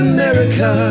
America